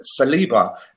Saliba